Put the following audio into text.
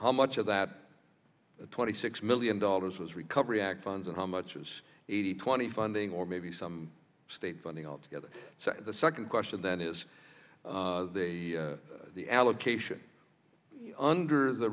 how much of that twenty six million dollars was recovery act funds and how much was eighty twenty funding or maybe some state funding altogether so the second question then is the allocation under the